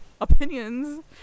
opinions